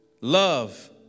Love